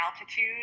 altitude